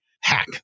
hack